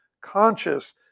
conscious